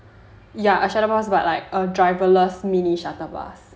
ya a shuttle bus but like a driverless mini shuttle bus